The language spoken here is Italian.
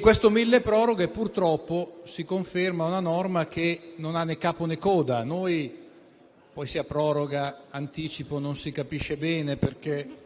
Questo milleproroghe, purtroppo, si conferma una norma che non ha né capo né coda. Che poi sia proroga o anticipo non si capisce bene perché,